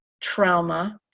trauma